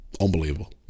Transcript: unbelievable